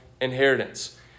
inheritance